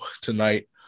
tonight